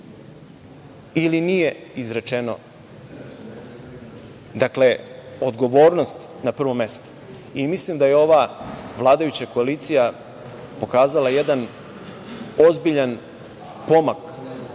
ili nije izrečeno, dakle, odgovornost na prvom mestu. Mislim da je ova vladajuća koalicija pokazala jedan ozbiljan pomak